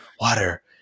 water